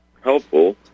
helpful